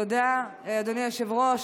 תודה, אדוני היושב-ראש.